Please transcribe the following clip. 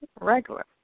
regular